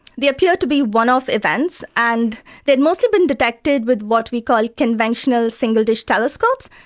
they appeared to be one-off events, and they had mostly been detected with what we call conventional single-dish telescopes.